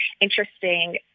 interesting